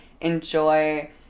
enjoy